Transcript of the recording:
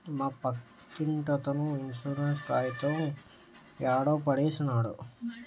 మా పక్కింటతను ఇన్సూరెన్స్ కాయితం యాడో పడేసినాడు